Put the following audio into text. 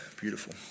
beautiful